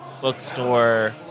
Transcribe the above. bookstore